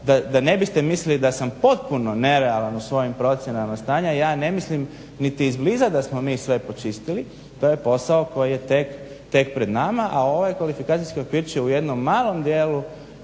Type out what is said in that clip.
Da ne biste mislili da sam potpuno nerealan u svojim procjenama stanja ja ne mislim niti izbliza da smo mi sve počistili, to je posao koji je tek pred nama a ovaj kvalifikacijski okvir će u jednom malom dijelu